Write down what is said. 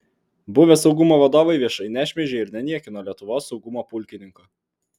buvę saugumo vadovai viešai nešmeižė ir neniekino lietuvos saugumo pulkininko